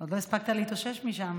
עוד לא הספקת להתאושש משם.